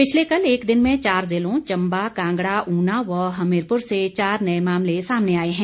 पिछले कल एक दिन में चार जिलों चंबा कांगड़ा उना व हमीस्पूर से चार नए मामले सामने आए हैं